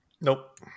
nope